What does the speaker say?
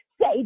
say